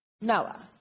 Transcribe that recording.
Noah